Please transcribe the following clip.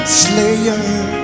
slayer